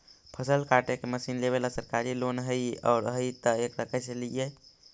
फसल काटे के मशीन लेबेला सरकारी लोन हई और हई त एकरा कैसे लियै?